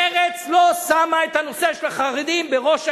מרצ לא שמה את הנושא של החרדים בראש העניין.